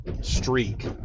streak